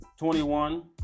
21